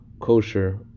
kosher